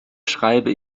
schreibe